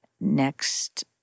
next